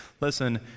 listen